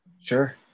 sure